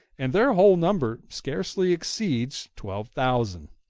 and their whole number scarcely exceeds twelve thousand.